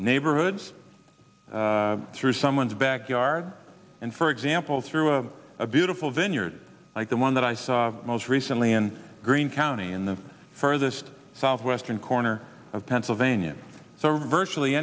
neighborhoods through someone's backyard and for example through a beautiful vineyard like the one that i saw most recently in green county in the furthest southwestern corner of pennsylvania so are virtually